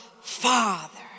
Father